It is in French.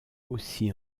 aussi